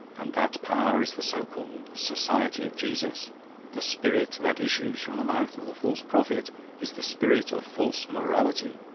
and that power is the so-called society of jesus the spirit that issues from the mouth of the false prophet is the spirit of false morality.